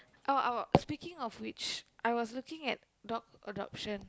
oh oh speaking of which I was looking at dogs adoption